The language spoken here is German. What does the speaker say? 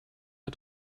der